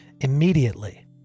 Immediately